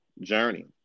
journey